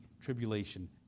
tribulation